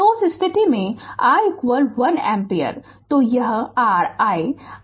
तो उस स्थिति में i 1 एम्पीयर तो यह r i i 1 एम्पीयर पर है